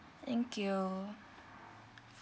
thank you